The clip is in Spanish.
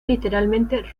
literalmente